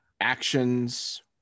actions